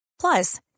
Plus